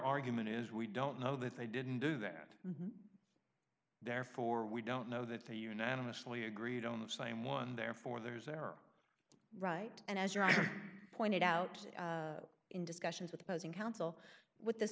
argument is we don't know that they didn't do that therefore we don't know that they unanimously agreed on the same one therefore there's error right and as you pointed out in discussions with opposing counsel with th